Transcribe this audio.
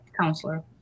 counselor